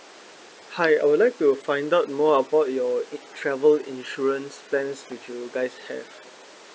hi I would like to find out more about your travel insurance plans which you guys have